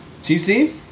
TC